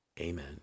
Amen